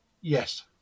Yes